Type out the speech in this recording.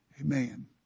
Amen